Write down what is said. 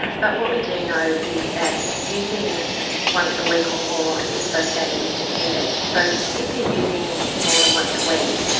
but what we do know is that using once a week or more is associated with dependence. so if you are using more than once a week,